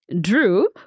Drew